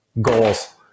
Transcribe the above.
Goals